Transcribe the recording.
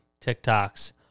TikToks